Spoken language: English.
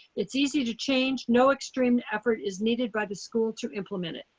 it's easy to change, no extreme effort is needed by the school to implement it.